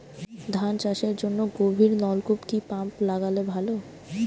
ধান চাষের জন্য গভিরনলকুপ কি পাম্প লাগালে ভালো?